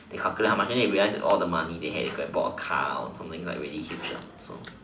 they calculate how much then they realised all the money they had they could have bought a car or like something really huge lah so